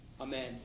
Amen